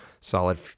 solid